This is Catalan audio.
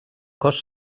cos